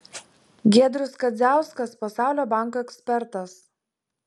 giedrius kadziauskas pasaulio banko ekspertas